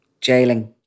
jailing